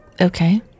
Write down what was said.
Okay